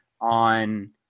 on